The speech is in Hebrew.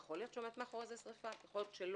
יכול להיות שעומדת מאחורי זה שריפה וייתכן שלא.